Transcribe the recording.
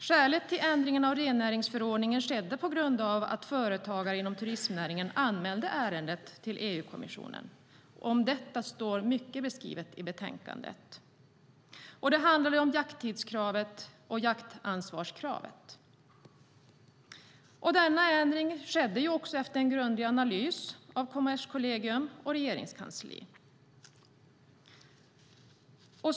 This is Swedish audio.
Skälet till ändringen av rennäringsförordningen var att företagare inom turistnäringen anmälde ärendet till EU-kommissionen. Om detta står mycket beskrivet i betänkandet. Det handlar om jakttidskravet och jaktansvarskravet. Denna ändring skedde efter en grundlig analys av Kommerskollegium och Regeringskansliet.